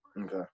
Okay